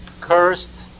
Cursed